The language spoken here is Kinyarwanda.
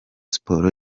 sports